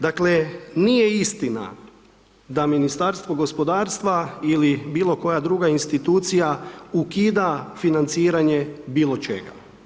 Dakle, nije istina da Ministarstvo gospodarstva ili bilo koja druga institucija ukida financiranje bilo čega.